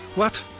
what?